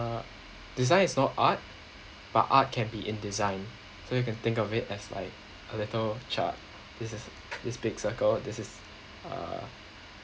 design is not art but art can be in design so you can think of it as like a little chart this is this big circle this is uh